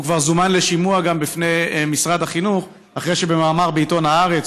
הוא כבר זומן לשימוע בפני משרד החינוך אחרי שבמאמר בעיתון הארץ,